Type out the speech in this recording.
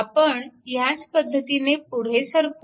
आपण ह्याच पद्धतीने पुढे सरकू